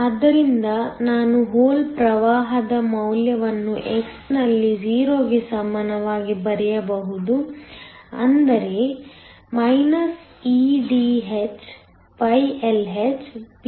ಆದ್ದರಿಂದ ನಾನು ಹೋಲ್ ಪ್ರವಾಹದ ಮೌಲ್ಯವನ್ನು x ನಲ್ಲಿ 0 ಗೆ ಸಮಾನವಾಗಿ ಬರೆಯಬಹುದು ಅಂದರೆ eDhLhPn